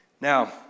Now